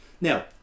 Now